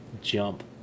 jump